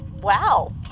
Wow